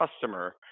customer